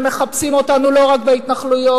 והם מחפשים אותנו לא רק בהתנחלויות.